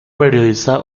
periodista